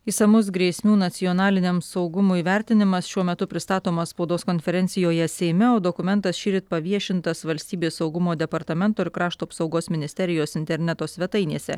išsamus grėsmių nacionaliniam saugumui vertinimas šiuo metu pristatomas spaudos konferencijoje seime dokumentas šįryt paviešintas valstybės saugumo departamento ir krašto apsaugos ministerijos interneto svetainėse